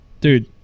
Dude